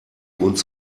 uns